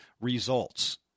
results